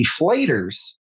deflators